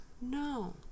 No